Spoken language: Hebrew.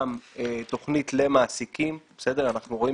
גם תוכנית למעסיקים כאשר אנחנו רואים